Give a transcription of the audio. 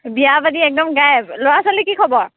বিয়া পাতি একদম গায়েব ল'ৰা ছোৱালী কি খবৰ